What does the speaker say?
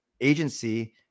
agency